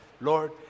Lord